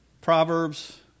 Proverbs